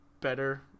better